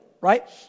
right